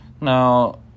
now